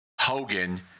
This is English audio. hogan